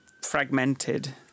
fragmented